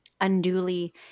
unduly